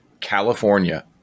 California